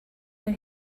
der